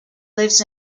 lives